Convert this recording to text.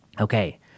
Okay